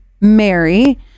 Mary